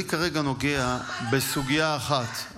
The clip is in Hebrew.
אני כרגע נוגע בסוגיה אחת.